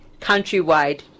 countrywide